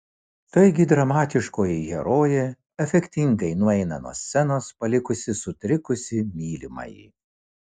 taigi dramatiškoji herojė efektingai nueina nuo scenos palikusi sutrikusį mylimąjį